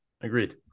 Agreed